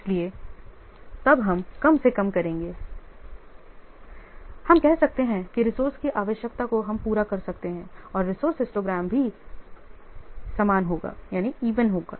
इसलिए तब हम कम से कम करेंगे फिर हम कह सकते हैं कि रिसोर्स की आवश्यकता को हम पूरा कर सकते हैं और रिसोर्स हिस्टोग्राम भी या समान होगा